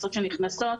בטיסות נכנסות,